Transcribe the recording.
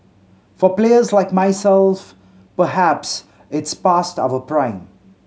for players like myself perhaps it's past our prime